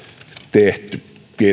tehty